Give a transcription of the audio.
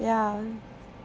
ya